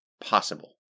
possible